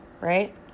right